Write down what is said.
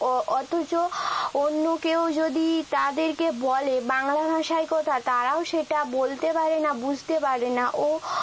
অথচ অন্য কেউ যদি তাদেরকে বলে বাংলা ভাষায় কথা তারাও সেটা বলতে পারে না বুঝতে পারে না ও